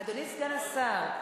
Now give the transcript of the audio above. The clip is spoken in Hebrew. אדוני סגן השר,